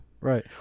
Right